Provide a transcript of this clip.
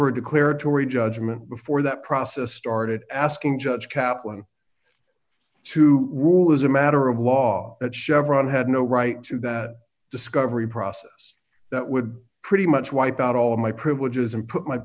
for a declaratory judgment before that process started asking judge kaplan to rule as a matter of law that chevron had no right to that discovery process that would pretty much wipe out all of my privileges and put my